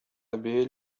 بيل